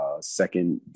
second